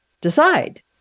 Decide